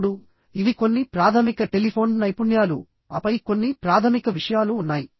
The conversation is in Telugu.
ఇప్పుడు ఇవి కొన్ని ప్రాథమిక టెలిఫోన్ నైపుణ్యాలు ఆపై కొన్ని ప్రాథమిక విషయాలు ఉన్నాయి